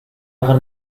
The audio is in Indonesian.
agar